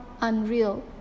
unreal